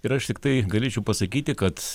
ir aš tiktai galėčiau pasakyti kad